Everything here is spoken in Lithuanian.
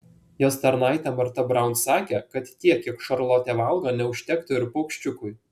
jos tarnaitė marta braun sakė kad tiek kiek šarlotė valgo neužtektų ir paukščiukui